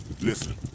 listen